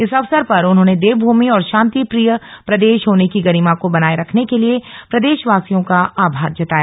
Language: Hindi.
इस अवसर पर उन्होंने देवभूमि और शांतिप्रिय प्रदेश होने की गरिमा को बनाये रखने के लिए प्रदेशवासियों का आभार जताया